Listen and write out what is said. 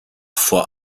vor